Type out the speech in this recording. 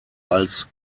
als